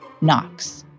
Knox